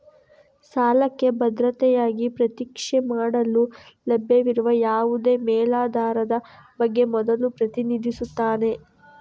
ಸಾಲಕ್ಕೆ ಭದ್ರತೆಯಾಗಿ ಪ್ರತಿಜ್ಞೆ ಮಾಡಲು ಲಭ್ಯವಿರುವ ಯಾವುದೇ ಮೇಲಾಧಾರದ ಬಗ್ಗೆ ಮೊದಲು ಪ್ರತಿನಿಧಿಸುತ್ತಾನೆ